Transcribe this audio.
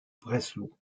breslau